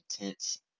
intense